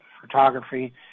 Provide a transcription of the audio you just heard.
photography